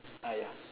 uh yeah